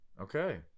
Okay